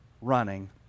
running